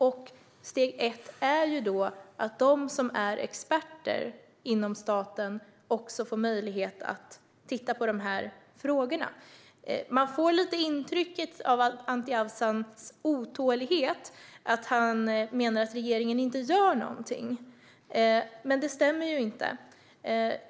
Steg ett är då att de som är experter inom staten också får möjlighet att titta på dessa frågor. Man får lite grann intrycket av att Anti Avsan är otålig och att han menar att regeringen inte gör någonting. Men det stämmer inte.